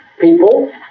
people